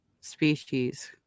species